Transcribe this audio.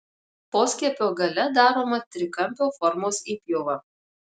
poskiepio gale daroma trikampio formos įpjova